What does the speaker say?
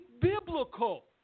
biblical